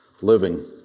living